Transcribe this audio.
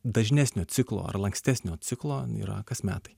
dažnesnio ciklo ar lankstesnio ciklo yra kas metai